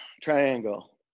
Triangle